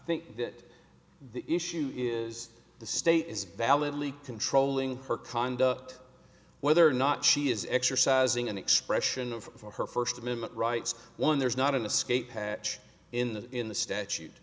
think that the issue is the state is validly controlling her conduct whether or not she is exercising an expression of her first amendment rights one there's not an escape hatch in the in the statute